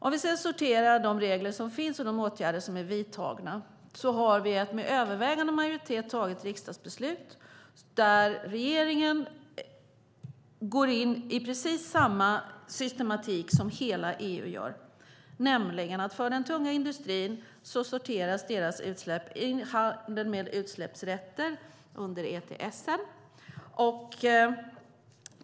Sedan sorterar vi de regler som finns och de åtgärder som är vidtagna. Vi har ett med övervägande majoritet taget riksdagsbeslut där regeringen går in i precis samma systematik som hela EU. För den tunga industrin sorteras utsläppen i handeln med utsläppsrätter under ETS.